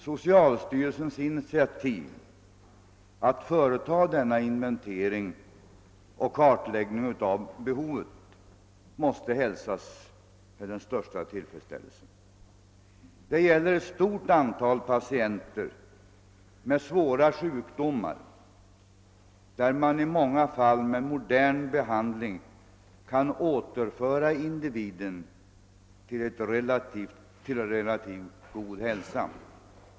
Socialstyrelséns initiativ att företa denna inventering och kartläggning av behovet måste hälsas med den största tillfredsställelse. Det gäller ett stort antal patienter med svåra sjukdomar, från vilka man i många fall med modern behandling kan återföra individen till en relativt god hälsa.